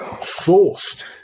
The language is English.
forced